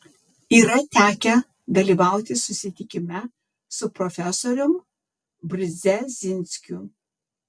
yra tekę dalyvauti susitikime su profesorium brzezinskiu